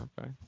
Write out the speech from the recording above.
Okay